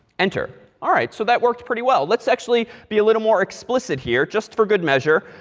enter. all right, so that worked pretty well. let's actually be a little more explicit here just for good measure.